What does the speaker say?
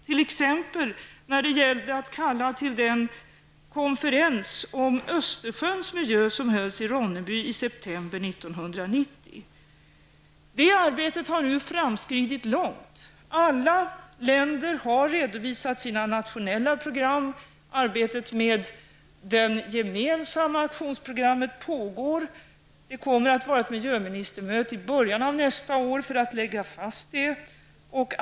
Ett exempel är att vi kallade dem till konferens om Östersjöns miljö som hölls i Ronneby i september 1990. Det arbetet har nu framskridit långt. Alla länder har redovisat sina nationella program. Arbetet med det gemensamma aktionsprogrammet pågår, och det kommer i början av nästa år att hållas ett miljöministermöte där detta aktionsprogram skall läggas fast.